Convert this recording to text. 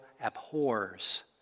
abhors